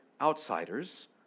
outsiders